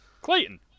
Clayton